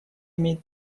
имеет